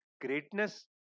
greatness